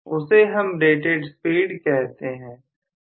उसे हम rated speed कहते हैं